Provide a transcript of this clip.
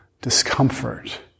Discomfort